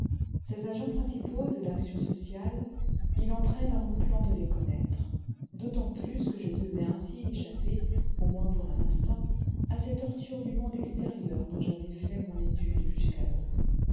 ces agents principaux de l'action sociale il entrait dans mon plan de les connaître d'autant plus que je devais ainsi échapper au moins pour un instant à ces tortures du monde extérieur dont j'avais fait mon étude jusqu'alors